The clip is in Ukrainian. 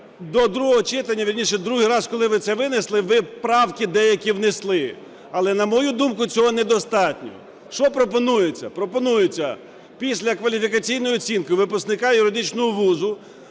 до другого читання, вірніше другий раз, коли ви це винесли, ви правки деякі внесли, але, на мою думку, цього недостатньо. Що пропонується? Пропонується після кваліфікаційної оцінки випускника юридичного вузу